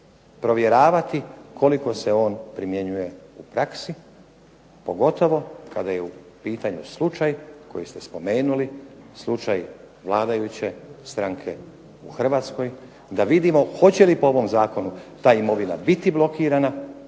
provjeravati koliko se on primjenjuje u praksi pogotovo kada je u pitanju slučaj koji ste spomenuli, slučaj vladajuće stranke u Hrvatskoj da vidimo hoće li po ovom Zakonu ta imovina biti blokirana